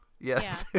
yes